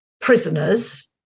prisoners